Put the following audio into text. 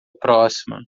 próxima